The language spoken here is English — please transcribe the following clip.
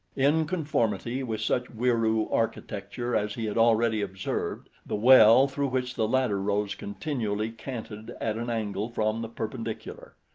in conformity with such wieroo architecture as he had already observed, the well through which the ladder rose continually canted at an angle from the perpendicular.